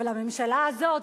אבל הממשלה הזאת,